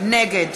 נגד